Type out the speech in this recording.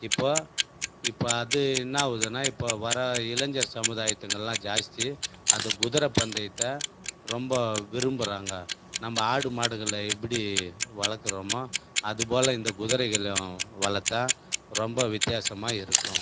இப்போது இப்போ அது என்னாவுதுன்னா இப்போ வர இளைஞர் சமுதாயத்துகளெலாம் ஜாஸ்தி அது குதிர பந்தயத்தை ரொம்ப விரும்புகிறாங்க நம்ம ஆடு மாடுகளை எப்படி வளர்க்குறோமோ அது போல் இந்த குதிரைகளையும் வளர்த்தா ரொம்ப வித்தியாசமாக இருக்கும்